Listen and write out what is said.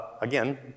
again